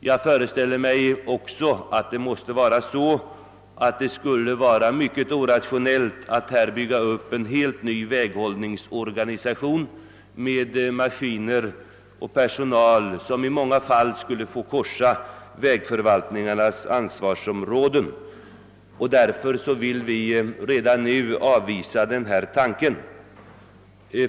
Jag föreställer mig att det måste vara mycket irrationellt att här bygga upp en helt ny väghållningsorganisation med maskiner och personal, som i många fall skulle få korsa vägförvaltningarnas ansvarsområden. Därför vill vi redan nu avvisa denna tanke.